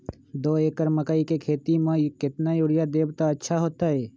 दो एकड़ मकई के खेती म केतना यूरिया देब त अच्छा होतई?